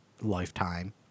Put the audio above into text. lifetime